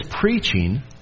preaching